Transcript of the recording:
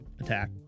attack